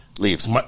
Leaves